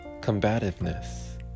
combativeness